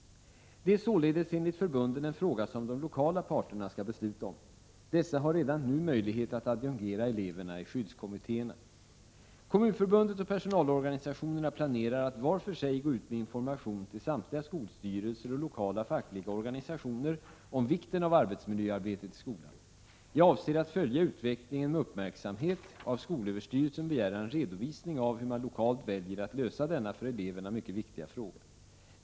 Det är således enligt förbunden en fråga som de lokala parterna skall besluta om. Dessa har redan nu möjlighet att adjungera eleverna i skyddskommittéerna. Kommunförbundet och personalorganisationerna planerar att var för sig gå ut med information till samtliga skolstyrelser och lokala fackliga organisationer om vikten av arbetsmiljöarbetet i skolan. Jag avser att följa utvecklingen med uppmärksamhet och av skolöverstyrelsen begära en redovisning av hur man lokalt väljer att lösa denna för eleverna mycket viktiga fråga.